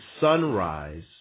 sunrise